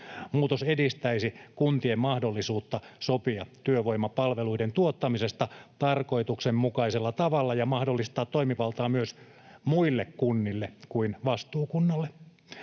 Muutos edistäisi kuntien mahdollisuutta sopia työvoimapalveluiden tuottamisesta tarkoituksenmukaisella tavalla ja mahdollistaa toimivaltaa myös muille kunnille kuin vastuukunnalle.